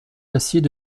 glaciers